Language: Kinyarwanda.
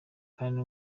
kandi